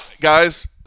guys